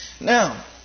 Now